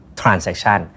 transaction